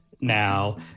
now